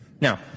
Now